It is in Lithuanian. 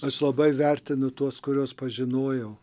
aš labai vertinu tuos kuriuos pažinojau